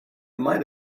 might